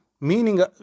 meaning